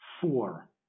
four